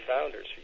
founders